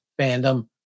fandom